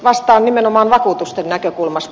vastaan nimenomaan vakuutusten näkökulmasta